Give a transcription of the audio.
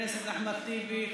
חבר הכנסת אחמד טיבי,